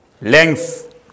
Length